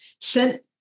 sent